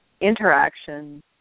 interaction